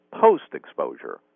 post-exposure